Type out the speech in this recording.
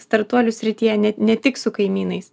startuolių srityje ne tik su kaimynais